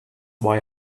why